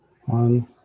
One